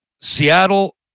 Seattle